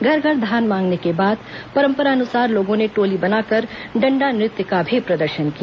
घर घर धान मांगने के बाद परंपरानुसार लोगों ने टोली बनाकर डंडा नृत्य का भी प्रदर्शन किया